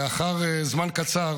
לאחר זמן קצר